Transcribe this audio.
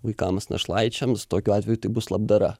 vaikams našlaičiams tokiu atveju tai bus labdara